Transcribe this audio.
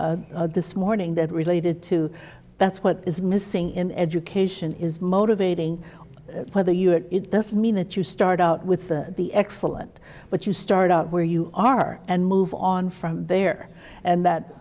this morning that related to that's what is missing in education is motivating whether you're it doesn't mean that you start out with the excellent but you start out where you are and move on from there and that